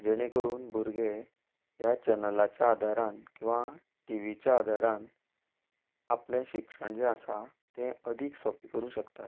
जेणे करून भुरगें ह्या चॅनलाच्या आदारान किंवां टिवीच्या आदारान आपलें शिक्षण जें आसा तें अदीक सोंपें करूंक शकतात